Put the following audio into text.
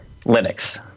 Linux